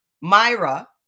Myra